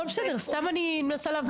הכל בסדר, סתם אני מנסה להבין.